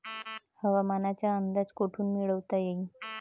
हवामानाचा अंदाज कोठून मिळवता येईन?